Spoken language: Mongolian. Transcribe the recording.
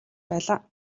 байлаа